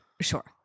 Sure